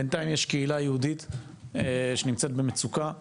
בינתיים יש קהילה יהודית שנמצאת במצוקה בגולה,